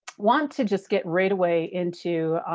want to just get right away into,